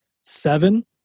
Seven